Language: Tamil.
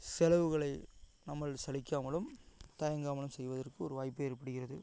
செலவுகளை நம்மள் சலிக்காமலும் தயங்காமலும் செய்வதற்கு ஒரு வாய்ப்பு ஏற்படுகிறது